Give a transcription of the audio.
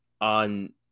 on